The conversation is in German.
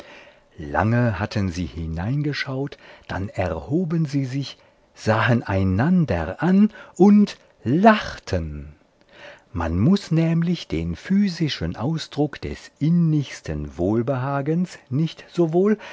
lange hatten sie hineingeschaut dann erhoben sie sich sahen einander an und lachten muß man nämlich den physischen ausdruck des innigsten wohlbehagens nicht sowohl